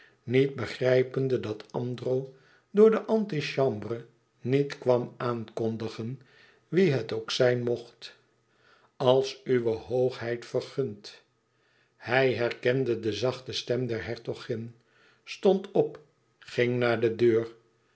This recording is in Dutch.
niet begrijpende dat andro door de antichambre niet kwam aankondigen wie het ook zijn mocht als uwe hoogheid vergunt hij herkende de zachte stem der hertogin stond op ging naar de deur